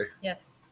Yes